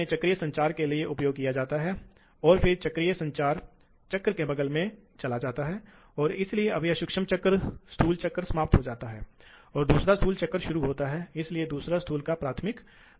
इसलिए यदि आप ऐसा करते हैं तो इस पंप का एक समान विश्लेषण करें एक समान बात सामने आती है जो कि एक 1200 है हेड की आवश्यकता और BHP की आवश्यकता 25 25 है